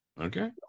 Okay